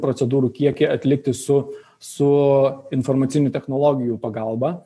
procedūrų kiekį atlikti su su informacinių technologijų pagalba